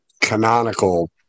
canonical